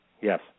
Yes